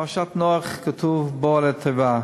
בפרשת נח כתוב: "בא, אל התבה".